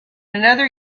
another